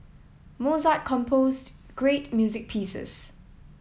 Mozart composed great music pieces